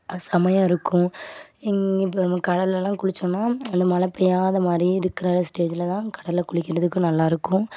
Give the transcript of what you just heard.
அது செமையாக இருக்கும் இங்கே இப்போ நமக்கு கடல்லாம் குளித்தோன்னா அந்த மழை பெய்யாத மாதிரி இருக்கிற ஸ்டேஜுல் தான் கடலில் குளிக்கிறதுக்கு நல்லாயிருக்கும்